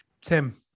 Tim